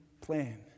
plan